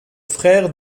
frère